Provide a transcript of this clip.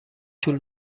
طول